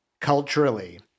culturally